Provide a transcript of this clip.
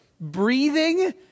Breathing